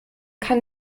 kann